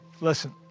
listen